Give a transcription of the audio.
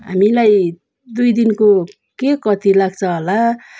हामीलाई दुई दिनको के कति लाग्छ होला